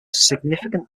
significant